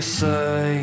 say